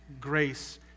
grace